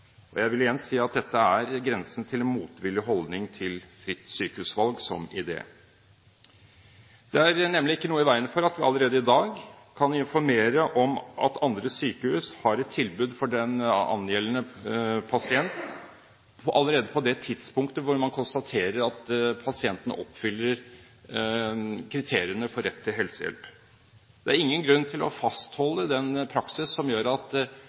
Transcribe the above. Jeg vil igjen si at dette er på grensen til en motvillig holdning til fritt sykehusvalg som idé. Det er nemlig ikke noe i veien for at vi allerede i dag kan informere om at andre sykehus har et tilbud for den angjeldende pasient allerede på det tidspunktet hvor man konstaterer at pasienten oppfyller kriteriene for rett til helsehjelp. Det er ingen grunn til å fastholde den praksis som gjør at